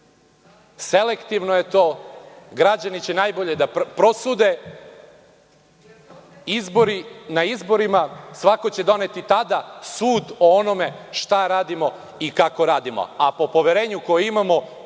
Selektivno je to. Građani će najbolje da prosude. Na izborima svako će doneti tada sud o onome šta radimo i kako radimo.